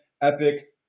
epic